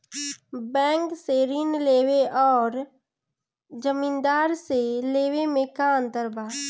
Bank से ऋण लेवे अउर जमींदार से लेवे मे का अंतर बा?